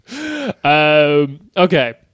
Okay